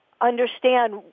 understand